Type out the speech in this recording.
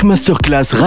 Masterclass